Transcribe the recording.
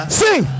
sing